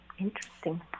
interesting